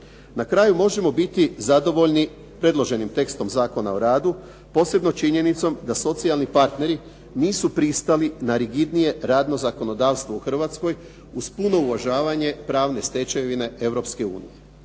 Na kraju možemo biti zadovoljni predloženim tekstom Zakona o radu, posebno činjenicom da socijalni partneri nisu pristali na rigidnije radno zakonodavstvo u Hrvatskoj uz puno uvažavanje pravne stečevine